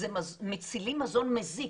מצילים מזון מזיק.